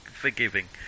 forgiving